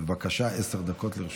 בבקשה, עשר דקות לרשותך.